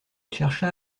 chercha